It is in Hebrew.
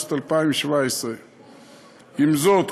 באוגוסט 2017. עם זאת,